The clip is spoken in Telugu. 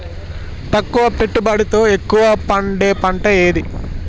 తక్కువ పెట్టుబడితో ఎక్కువగా పండే పంట ఏది?